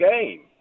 game